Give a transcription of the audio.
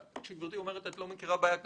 כשאת אומרת "אני לא מכירה בעיה כזאת",